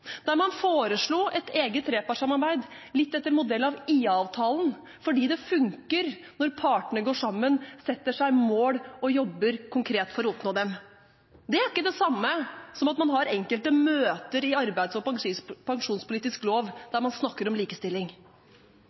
man foreslo et eget trepartssamarbeid – litt etter modell av IA-avtalen – fordi det funker når partene går sammen, setter seg mål og jobber konkret for å oppnå dem. Det er ikke det samme som at man har enkelte møter i Arbeidslivs- og pensjonspolitisk råd, der man snakker om likestilling.